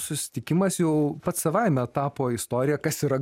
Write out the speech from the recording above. susitikimas jau pats savaime tapo istorija kas yra